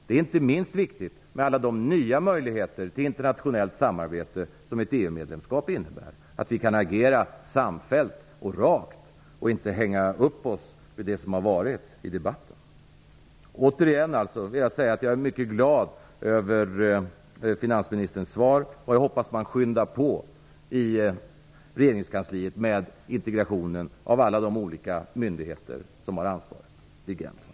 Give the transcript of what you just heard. Det är inte minst viktigt med alla de möjligheter till internationellt samarbete som ett EU medlemskap innebär, att vi kan agera samfällt och rakt och inte hänga upp oss vid det som har varit i debatten. Återigen vill jag säga att jag är mycket glad över finansministerns svar, och jag hoppas att man skyndar på i regeringskanlsiet med integrationen av alla de olika myndigheter som har ansvar vid gränsen.